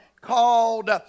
called